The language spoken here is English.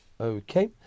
Okay